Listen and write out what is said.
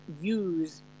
use